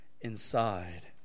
inside